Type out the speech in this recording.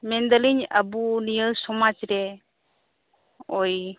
ᱢᱮᱱᱫᱟᱞᱤᱧ ᱟᱵᱚ ᱱᱤᱭᱟᱹ ᱥᱚᱢᱟᱡ ᱨᱮ